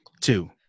two